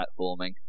platforming